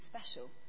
special